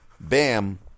bam